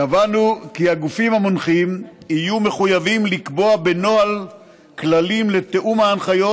קבענו כי הגופים המונחים יהיו מחויבים לקבוע בנוהל כללים לתיאום ההנחיות